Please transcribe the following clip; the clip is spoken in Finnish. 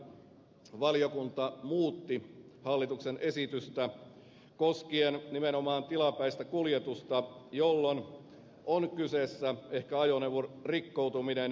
tästä syystä valiokunta muutti hallituksen esitystä koskien nimenomaan tilapäistä kuljetusta jolloin on ehkä kyseessä ajoneuvon rikkoutuminen